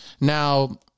Now